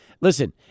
listen